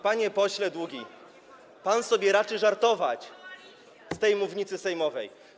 Panie pośle Długi, pan sobie raczy żartować z tej mównicy sejmowej.